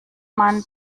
man